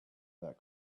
that